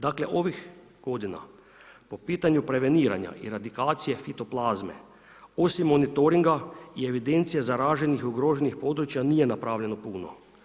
Dakle, ovih godina po pitanju preveniranja i ratikacije fitoplazme, osim monitoringa i evidencija zaraženih, ugroženih područja nije napravljeno puno.